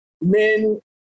men